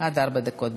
דקות.